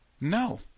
no